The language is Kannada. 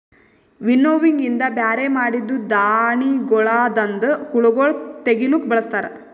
ವಿನ್ನೋವಿಂಗ್ ಇಂದ ಬ್ಯಾರೆ ಮಾಡಿದ್ದೂ ಧಾಣಿಗೊಳದಾಂದ ಹುಳಗೊಳ್ ತೆಗಿಲುಕ್ ಬಳಸ್ತಾರ್